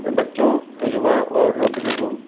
बच्चों युवा और बुज़ुर्गों